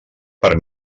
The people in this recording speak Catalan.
per